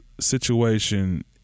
situation